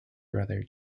brother